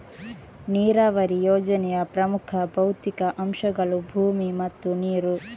ನೀರಾವರಿ ಯೋಜನೆಯ ಪ್ರಮುಖ ಭೌತಿಕ ಅಂಶಗಳು ಭೂಮಿ ಮತ್ತು ನೀರು